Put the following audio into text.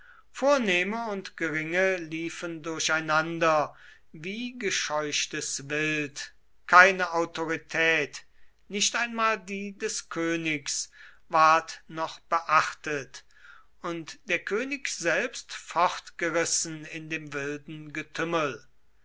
vornehme und geringe liefen durcheinander wie gescheuchtes wild keine autorität nicht einmal die des königs ward noch beachtet und der könig selbst fortgerissen in dem wilden getümmel